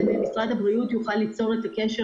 רק כדי שמשרד הבריאות יוכל ליצור את הקשר